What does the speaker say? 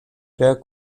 der